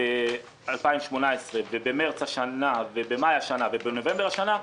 ב-2018 ובמרץ השנה ובמאי השנה ובנובמבר השנה,